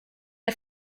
der